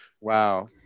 Wow